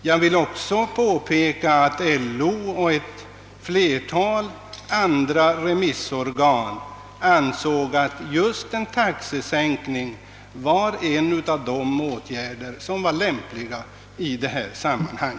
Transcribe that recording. Jag vill också påpeka att LO och ett flertal andra remissorgan ansåg att just en taxesänkning var en av de åtgärder som var lämpliga i detta sammanhang.